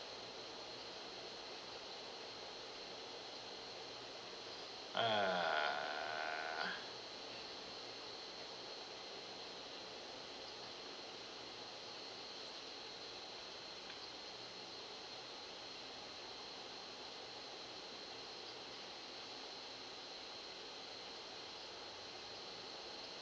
uh